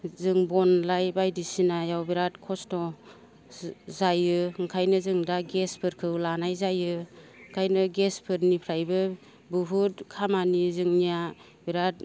जों बन लाय बायदिसिनायाव बिराद खस्त' जायो ओंखायनो जों दा गेसफोरखौ लानाय जायो ओंखायनो गेसफोरनिफ्रायबो बुहुद खामानि जोंनिया बिराद